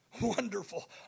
wonderful